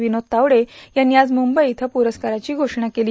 विनोद तावडे यांनी आज मुंबई इयं पुरस्काराची घोषणा केली